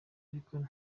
ariko